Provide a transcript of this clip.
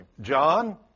John